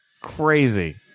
crazy